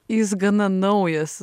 jis gana naujas